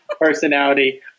Personality